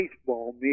baseball